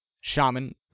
shaman